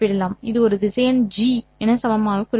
இது ஒரு திசையன் G என சமமாக குறிப்பிடப்படும்